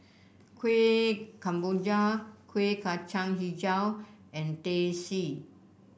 Kueh Kemboja Kuih Kacang hijau and Teh C